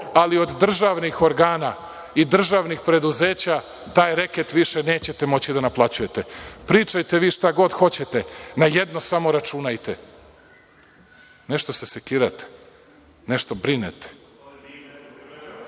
ali od državnih organa i državnih preduzeća taj reket više nećete moći da naplaćujete. Pričajte vi šta god hoćete, ali na jedno samo računajte… nešto se sekirate, nešto brinete,